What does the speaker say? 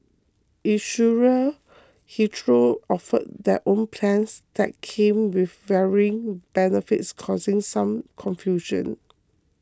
insurers hitherto offered their own plans that came with varying benefits causing some confusion